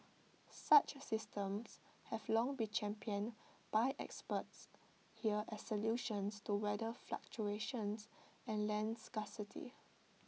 such systems have long been championed by experts here as solutions to weather fluctuations and land scarcity